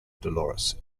dolores